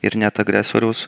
ir net agresoriaus